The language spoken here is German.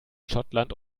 schottland